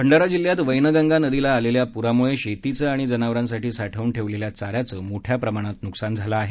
भंडारा जिल्ह्यात वैनगंगा नदीला आलेल्या प्रामुळे शेतीचं आणि जनावरांसाठी साठव्न ठेवलेल्या चाऱ्याचं मोठया प्रमाणात नुकसान झालं आहे